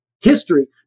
History